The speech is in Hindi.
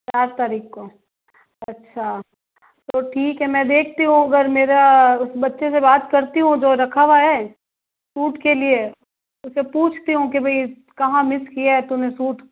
चार तारीक को अच्छा तो ठीक है मैं देखती हूँ अगर मेरा उस बच्चे से बात करती हूँ जो रखा हुआ है सूट के लिए उससे पूछती हूँ कि भई कहाँ मिस किया है तूने सूट